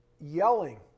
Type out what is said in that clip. yelling